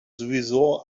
sowieso